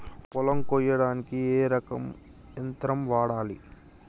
పొలం కొయ్యడానికి ఏ రకం యంత్రం వాడాలి?